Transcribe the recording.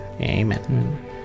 amen